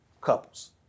couples